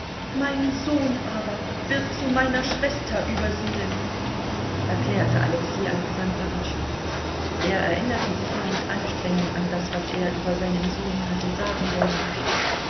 mein sohn aber wird zu meiner schwester übersiedeln erklärte alexei alexandrowitsch er erinnerte sich nur mit anstrengung an das was er über seinen sohn hatte sagen wollen